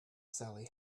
sally